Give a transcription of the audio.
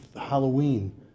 Halloween